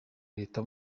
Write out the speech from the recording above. leta